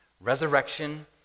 resurrection